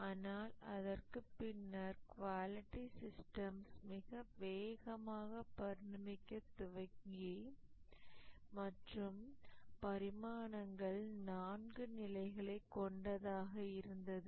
ஆனால் அதற்குப் பின்னர் குவாலிட்டி சிஸ்டம்ஸ் மிக வேகமாக பரிணமிக்க துவங்கி மற்றும் அந்த பரிணாமங்கள் நான்கு நிலைகளை கொண்டதாக இருந்தது